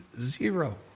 Zero